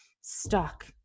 stuck